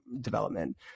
development